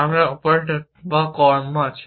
আমরা অপারেটর বা কর্ম আছে